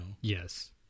Yes